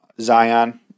Zion